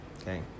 Okay